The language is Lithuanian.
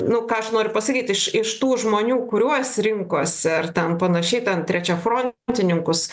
nu ką aš noriu pasakyt iš iš tų žmonių kuriuos rinkosi ar ten panašiai ten trečiafrontininkus